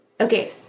Okay